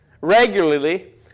regularly